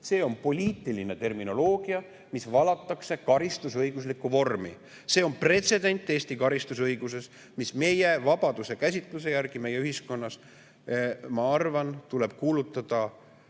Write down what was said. See on poliitiline terminoloogia, mis valatakse karistusõiguslikku vormi. See on pretsedent Eesti karistusõiguses, mis meie vabaduse käsitluse järgi tuleb meie ühiskonnas, ma arvan, kuulutada